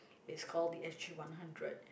it's called the s_g one hundred